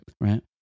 Right